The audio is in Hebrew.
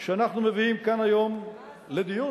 שאנחנו מביאים כאן היום לדיון.